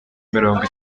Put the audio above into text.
mirongo